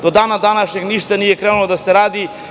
Do dana današnjeg ništa nije krenulo da se radi.